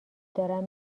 دارم